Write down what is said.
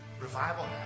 revival